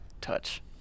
Touch